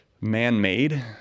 man-made